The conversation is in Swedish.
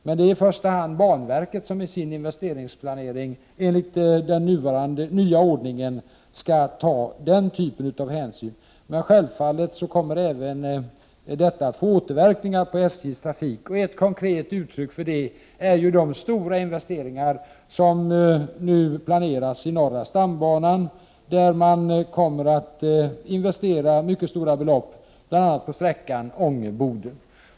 Men det är i första hand banverket som i sin investeringsplanering, enligt den nya ordningen, skall ta den typen av hänsyn. Men självfallet kommer även detta att få återverkningar på SJ:s trafik. Ett konkret uttryck för det är de stora investeringar som nu planeras i norra stambanan, där man kommer att investera mycket stora belopp bl.a. på sträckan Ånge-Boden.